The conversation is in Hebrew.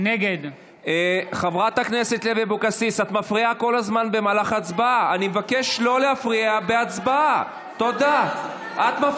נגד יעקב ליצמן, בעד גבי לסקי, נגד יאיר